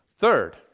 Third